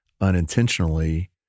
unintentionally